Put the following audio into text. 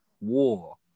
War